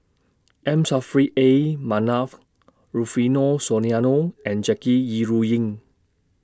M Saffri A Manaf Rufino Soliano and Jackie Yi Ru Ying